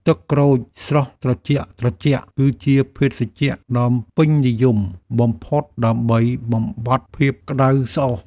ទឹកក្រូចស្រស់ត្រជាក់ៗ គឺជាភេសជ្ជៈដ៏ពេញនិយមបំផុតដើម្បីបំបាត់ភាពក្តៅស្អុះ។